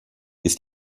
ist